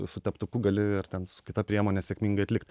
su teptuku gali ar ten su kita priemonė sėkmingai atlikt